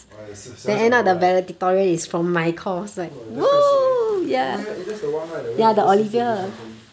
oh is 小小的 right !wah! that's quite sick eh oh ya that's the one right that went overseas to do something